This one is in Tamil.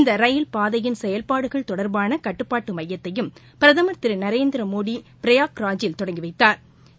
இந்த ரயில் பாதையின் செயல்பாடுகள் தொடர்பான கட்டுப்பாட்டு மையத்தையும் பிரதமர் திரு நரேந்திரமோடி பிரயான்ராஜில் தொடங்கி வைத்தாா்